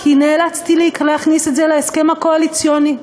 כי נאלצתי להכניס את זה להסכם הקואליציוני.